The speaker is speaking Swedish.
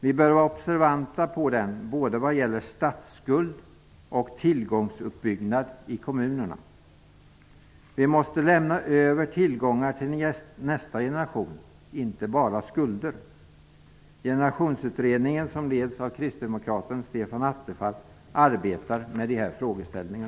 Vi bör vara observanta på den både vad gäller statsskulden och tillgångsuppbyggnad i kommunerna. Vi måste lämna över tillgångar till nästa generation, inte bara skulder. Generationsutredningen, som leds av kristdemokraten Stefan Attefall, arbetar med dessa frågeställningar.